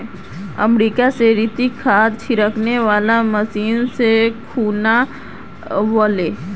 America स रितिक खाद छिड़कने वाला मशीन ले खूना व ले